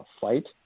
fight